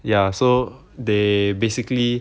ya so they basically